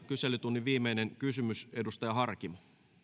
kyselytunnin viimeinen kysymys edustaja harkimo